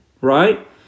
right